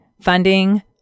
funding